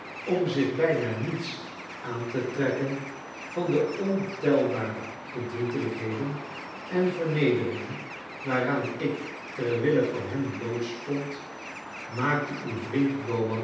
om zich bijna niets aan te trekken van de ontelbare verdrietelijkheden en vernederingen waaraan ik terwille van hem blootstond maakte uw vriend